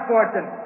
Fortune